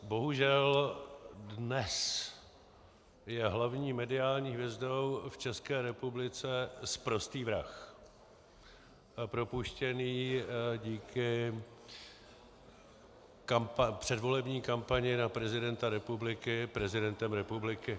Bohužel, dnes je hlavní mediální hvězdou v České republice sprostý vrah, propuštěný díky předvolební kampani na prezidenta republiky prezidentem republiky.